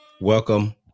Welcome